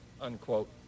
unquote